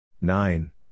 nine